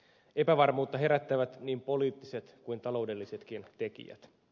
epävarmuutta herättävät niin poliittiset kuin taloudellisetkin tekijät